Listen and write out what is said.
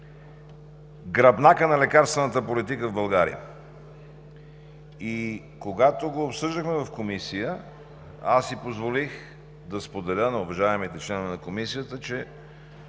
гръбнака на лекарствената политика в България. И когато го обсъждахме в Комисията, аз си позволих да споделя на уважаемите ѝ членове, че